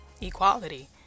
equality